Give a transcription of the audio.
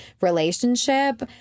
relationship